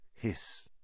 hiss